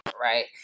right